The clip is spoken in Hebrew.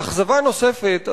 אכזבה נוספת,